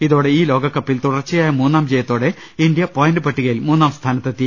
ഇതോടെ ഈ ലോകകപ്പിൽ തുടർച്ചയായ മൂന്നാം ജയത്തോടെ ഇന്ത്യ പോയന്റ് പട്ടിക യിൽ മൂന്നാം സ്ഥാനത്തെത്തി